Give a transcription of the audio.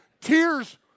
tears